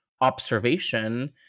observation